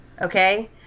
okay